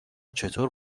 چطور